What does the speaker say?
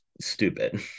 stupid